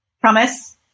Promise